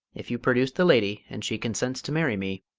if you produce the lady, and she consents to marry me,